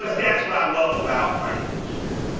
that's what i love about language yeah.